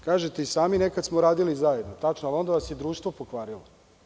Kažete i sami, nekada smo radili zajedno, tačno, ali onda vas je društvo pokvarilo.